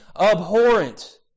abhorrent